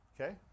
okay